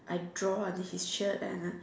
I draw on his shirt and then